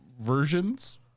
versions